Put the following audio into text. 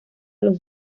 los